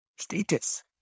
Status